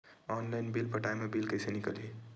Online bill पटाय मा bill कइसे निकलही?